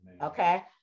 Okay